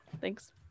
Thanks